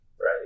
right